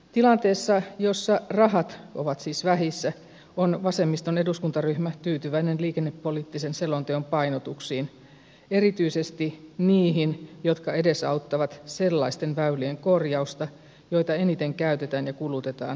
tilanteessa jossa rahat ovat siis vähissä on vasemmiston eduskuntaryhmä tyytyväinen liikennepoliittisen selonteon painotuksiin erityisesti niihin jotka edesauttavat sellaisten väylien korjausta joita eniten käytetään ja kulutetaan arjen liikenteessä